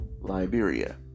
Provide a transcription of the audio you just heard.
Liberia